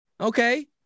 Okay